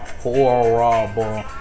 horrible